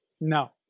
No